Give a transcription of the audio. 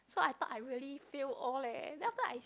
so I thought I really fail all leh then after I